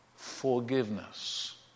Forgiveness